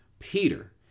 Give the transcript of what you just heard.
Peter